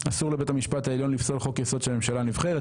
אסור לבית המשפט העליון לפסול חוק-יסוד של ממשלה נרחבת,